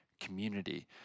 community